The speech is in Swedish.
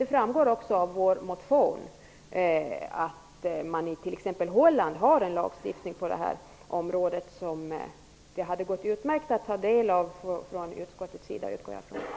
Det framgår av vår motion att det t.ex. i Holland finns en lagstiftning i detta avsende, vilken utskottet enkelt hade kunnat ta del av.